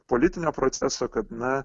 politinio proceso kad na